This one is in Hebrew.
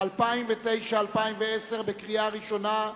2009 2010 בקריאה ראשונה.